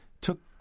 took